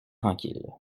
tranquilles